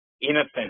innocent